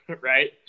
right